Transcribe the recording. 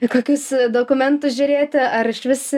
ir kokius dokumentus žiūrėti ar išvis